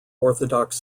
orthodox